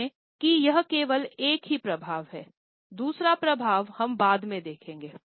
देखें कि यह केवल एक ही प्रभाव हैदूसरा प्रभाव हम बाद में देखेंगे